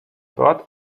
dort